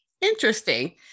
interesting